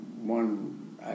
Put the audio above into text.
one